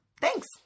Thanks